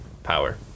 power